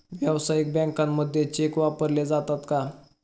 व्यावसायिक बँकांमध्ये चेक वापरले जातात का?